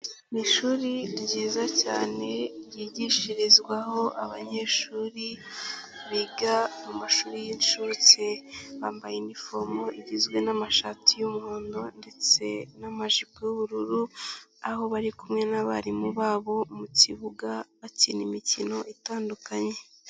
Mu ishuri ryiza cyane ryigishirizwaho abanyeshuri biga amashuri y'inshuke bambaye inifomu igizwe n'amashati y'umuhondo ndetse n'amajipo y'ubururu aho bari kumwe n'abarimu babo mu kibuga bakina imikino itandukanye.